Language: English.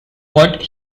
what